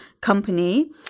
company